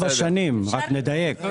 שנים, רק נדייק.